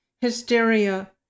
hysteria